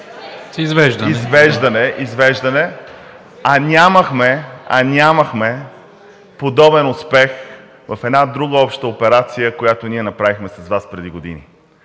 Извеждане, извеждане. …а нямахме подобен успех в една друга обща операция, която ние направихме, ние с Вас, преди години?